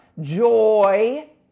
joy